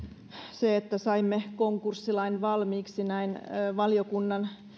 se että saimme konkurssilain valmiiksi näin valiokunnan